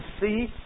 see